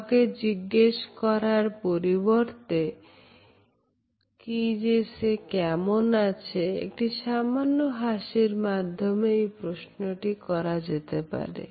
কাউকে জিজ্ঞেস করার পরিবর্তে কি সে কেমন আছে একটি সামান্য হাসির মাধ্যমে এ প্রশ্নটি করা যেতে পারে